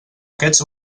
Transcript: aquests